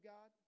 God